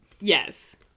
Yes